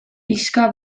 pixka